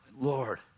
Lord